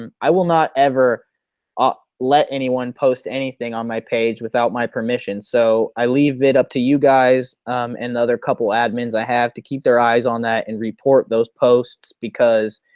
um i will not ever ah let anyone post anything on my page without my permission. so i leave it up to you guys and other couple admins i have to keep their eyes on that and report those posts because